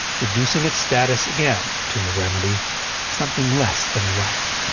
reducing its status again to a remedy something less than a right.